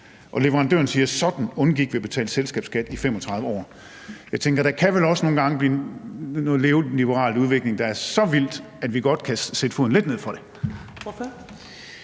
og leverandøren siger, at sådan undgik vi at betale selskabsskat i 35 år. Jeg tænker, at der vel nogle gange også kan blive en neoliberal udvikling, der er så vild, at vi godt kan sætte foden lidt ned for det.